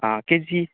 ꯑꯥ ꯀꯦꯖꯤ